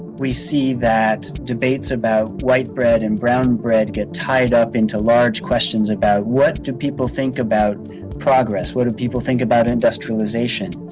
we see that debates about white bread and brown bread get tied up into large questions about what do people think about progress? what do people think about industrialization,